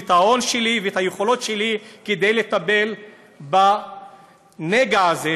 את ההון שלי ואת היכולת שלי לטפל בנגע הזה,